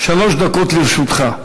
שלוש דקות לרשותך.